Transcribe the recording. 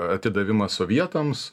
atidavimas sovietams